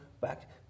back